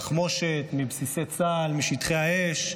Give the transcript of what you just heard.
(הגנה על בסיסי צבא הגנה לישראל).